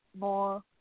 more